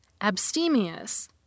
abstemious